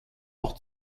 auch